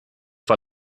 war